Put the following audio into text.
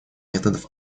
методов